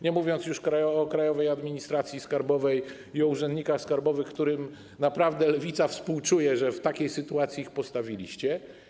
Nie mówiąc już o Krajowej Administracji Skarbowej i o urzędnikach skarbowych, którym naprawdę Lewica współczuje, że w takiej sytuacji ich postawiliście.